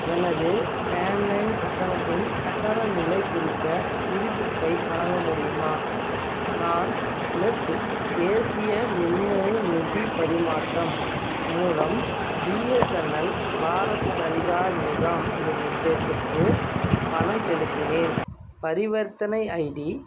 எனது land line கட்டணத்தின் கட்டண நிலை குறித்த புதுப்பிப்பை வழங்க முடியுமா நான் நிஃப்ட்டு தேசிய மின்னணு நிதிப் பரிமாற்றம் மூலம் பிஎஸ்என்எல் பாரத் சஞ்சார் நிகாம் லிமிடெட்டுக்கு பணம் செலுத்தினேன் பரிவர்த்தனை ஐடி